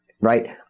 Right